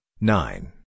nine